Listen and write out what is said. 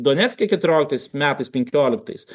donecke keturioliktais metais penkioliktais